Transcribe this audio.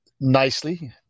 nicely